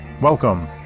welcome